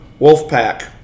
Wolfpack